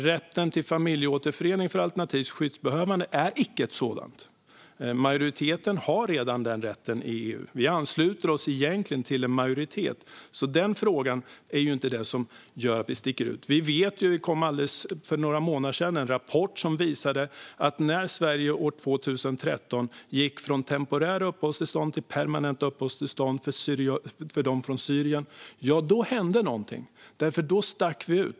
Rätten till familjeåterförening för alternativt skyddsbehövande är dock icke ett sådant fall. Majoriteten i EU har redan denna rätt, och vi ansluter oss egentligen till en majoritet. Det är ju inte denna fråga som gör att vi sticker ut. För några månader sedan kom en rapport som visade att när Sverige år 2013 gick från temporära uppehållstillstånd till permanenta uppehållstillstånd för personer från Syrien hände något. Då stack vi ut.